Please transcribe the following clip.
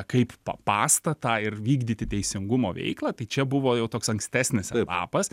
kaip pa pastatą ir vykdyti teisingumo veiklą tai čia buvo jau toks ankstesnis etapas